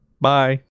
Bye